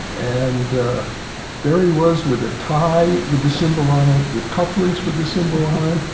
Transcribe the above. and there he was with a tie with the symbol on it with cuff links with the symbol on it,